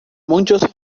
muchos